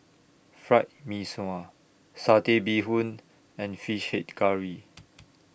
Fried Mee Sua Satay Bee Hoon and Fish Head Curry